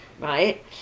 right